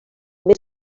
més